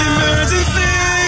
Emergency